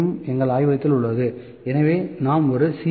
M எங்கள் ஆய்வகத்தில் உள்ளது எனவே நாம் ஒரு C